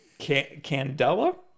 Candela